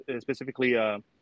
specifically